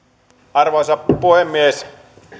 arvoisa puhemies